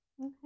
Okay